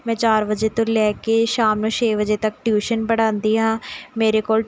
ਮੈਂ ਚਾਰ ਵਜੇ ਤੋਂ ਲੈ ਕੇ ਸ਼ਾਮ ਨੂੰ ਛੇ ਵਜੇ ਤੱਕ ਟਿਊਸ਼ਨ ਪੜ੍ਹਾਉਂਦੀ ਹਾਂ ਮੇਰੇ ਕੋਲ